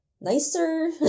nicer